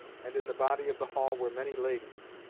and in the body of the hall were many ladies.